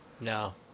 no